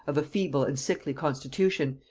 of a feeble and sickly constitution,